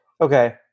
okay